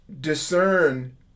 discern